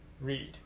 read